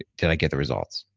did i get the results.